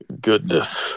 Goodness